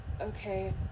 okay